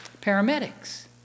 paramedics